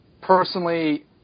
Personally